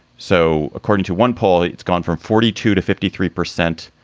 so according to one poll, it's gone from forty two to fifty three percent.